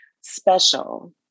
special